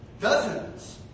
Dozens